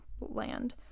land